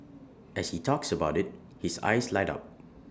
as he talks about IT his eyes light up